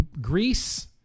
Greece